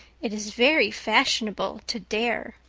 it is very fashionable to dare.